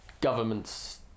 governments